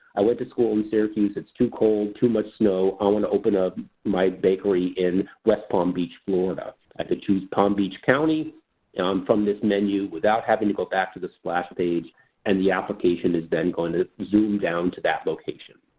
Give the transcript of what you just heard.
i went to school in syracuse it's too cold, too much snow, i want to open um my bakery in west palm beach florida. i can choose palm beach county from this menu without having to go back to the splash page and the application is then going to zoom down to that location.